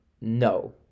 no